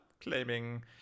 claiming